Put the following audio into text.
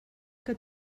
que